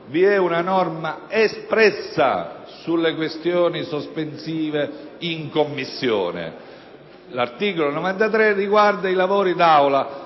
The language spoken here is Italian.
vi è una norma espressa sulle questioni sospensive in Commissione (l'articolo 93 riguarda i lavori